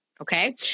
Okay